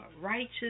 righteous